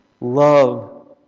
love